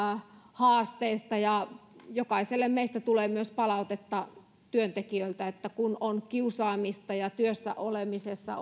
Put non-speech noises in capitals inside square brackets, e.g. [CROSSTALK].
haasteista jokaiselle meistä tulee myös palautetta työntekijöiltä kuinka silloin toimitaan kun on kiusaamista ja [UNINTELLIGIBLE]